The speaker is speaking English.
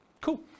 Cool